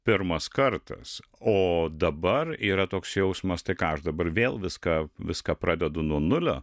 pirmas kartas o dabar yra toks jausmas tai ką aš dabar vėl viską viską pradedu nuo nulio